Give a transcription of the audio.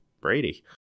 Brady